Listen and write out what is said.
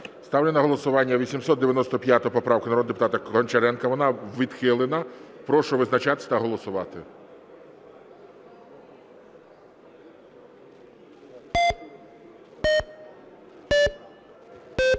Ставлю на голосування 895 поправку народного депутата Гончаренка. Вона відхилена. Прошу визначатися та голосувати.